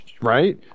Right